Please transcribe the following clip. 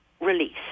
release